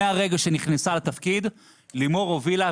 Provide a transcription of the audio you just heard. מהרגע שהיא נכנסה לתפקיד לימור הובילה,